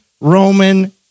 Roman